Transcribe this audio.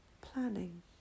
planning